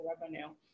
revenue